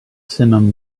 simum